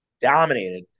dominated